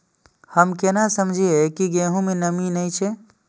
हम केना समझये की गेहूं में नमी ने छे?